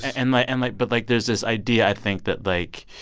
and like and, like, but, like, there's this idea, i think, that, like,